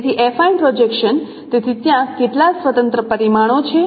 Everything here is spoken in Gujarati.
તેથી એફાઇન પ્રોજેક્શન તેથી ત્યાં કેટલા સ્વતંત્ર પરિમાણો છે